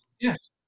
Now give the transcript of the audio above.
yes